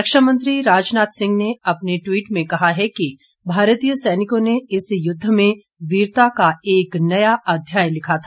रक्षामंत्री राजनाथ सिंह ने अपने ट्वीट में कहा है कि भारतीय सैनिकों ने इस युद्ध में वीरता का एक नया अध्याय लिखा था